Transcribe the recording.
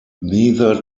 neither